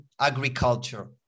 agriculture